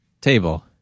table